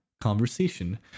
conversation